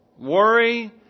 Worry